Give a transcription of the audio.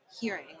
hearing